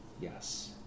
yes